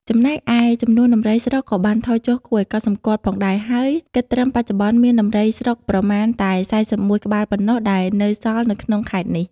ចំណែកឯ ចំនួនដំរីស្រុកក៏បានថយចុះគួរឱ្យកត់សម្គាល់ផងដែរ ហើយគិតត្រឹមបច្ចុប្បន្នមានដំរីស្រុកប្រមាណតែ ៤១ ក្បាលប៉ុណ្ណោះដែលនៅសល់នៅក្នុងខេត្តនេះ។